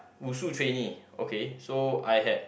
WuShu trainee okay so I had